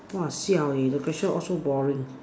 !whoa! siao eh the question all so boring